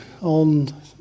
on